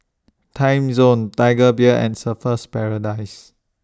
Timezone Tiger Beer and Surfer's Paradise